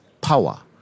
power